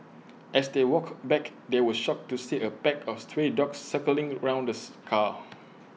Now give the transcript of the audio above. as they walked back they were shocked to see A pack of stray dogs circling around this car